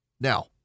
Now